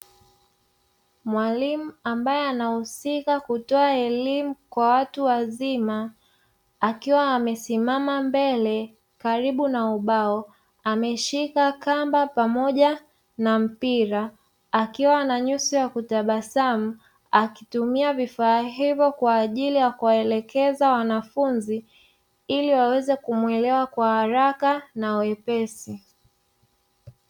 Mwalimu ambaye anahusika kutoa elimu kwa watu wazima, akiwa amesimama mbele karibu na ubao, ameshika kamba pamoja na mpira akiwa na nyuso ya kutabasamu, akitumia vifaa hivyo kwa ajili ya kuwaelekeza wanafunzi ili waweze kumuelewa kwa haraka na kwa wepesi.